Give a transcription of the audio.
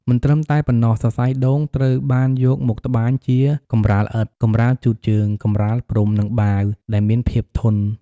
មិនត្រឹមតែប៉ុណ្ណោះ សរសៃដូងត្រូវបានយកមកត្បាញជា កម្រាលឥដ្ឋ កម្រាលជូតជើង កម្រាលព្រំ និង បាវ ដែលមានភាពធន់។